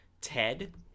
Ted